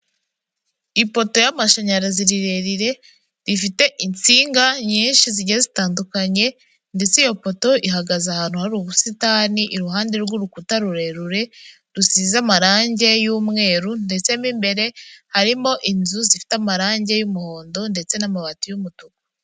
Ipoto y'amashanyarazi rirerire rifite insinga nyinshi zigiye zitandukanye, ndetse iyo poto ihagaze ahantu hari ubusitani iruhande rw'urukuta rurerure, rusize amarange y'umweru ndetse mo imbere harimo inzu zifite amarangi y'umuhondo ndetse n'amabati y'umutuku.